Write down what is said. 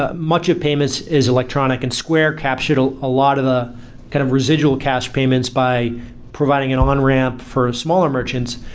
ah much of payments is electronic and square captured a ah lot of the kind of residual cash payments by providing an on-ramp for smaller merchants.